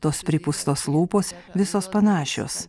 tos pripūstos lūpos visos panašios